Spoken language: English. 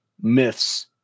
myths